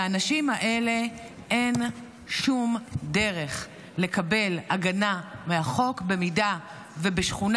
לאנשים האלה אין שום דרך לקבל הגנה מהחוק אם בשכונה